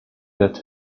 that